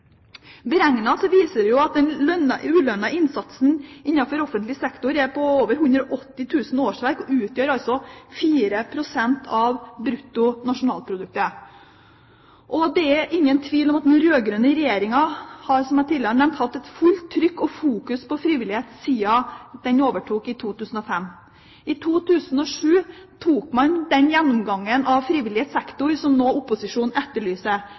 viser at den ulønnede innsatsen innenfor offentlig sektor er på over 180 000 årsverk og utgjør 4 pst. av bruttonasjonalproduktet. Det er ingen tvil om at den rød-grønne regjeringen har, som jeg tidligere nevnte, hatt fullt trykk og fokus på frivillighet siden den overtok i 2005. I 2007 tok man den gjennomgangen av frivillig sektor som opposisjonen nå etterlyser.